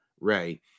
Ray